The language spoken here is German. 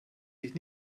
dich